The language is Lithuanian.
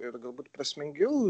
ir galbūt prasmingiau